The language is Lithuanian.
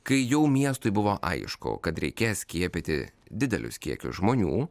kai jau miestui buvo aišku kad reikės skiepyti didelius kiekius žmonių